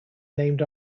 named